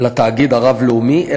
לתאגיד הרב-לאומי,